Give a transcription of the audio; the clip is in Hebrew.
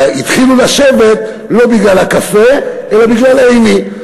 והתחילו לשבת לא בגלל הקפה אלא בגלל עיני.